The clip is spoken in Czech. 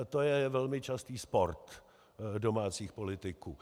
To je velmi častý sport domácích politiků.